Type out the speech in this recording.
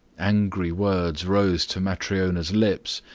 angry words rose to matryona's lips,